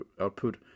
output